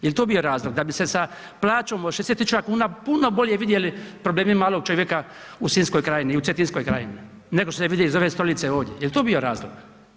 Jel' to bio razlog, da bi se sa plaćom od 60 tisuća kuna puno bolje vidjeli problemi malog čovjeka u Sinjskoj krajini, u Cetinskoj krajini, nego što se vidi iz ove stolice ovdje jel' to bio razlog?